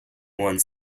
one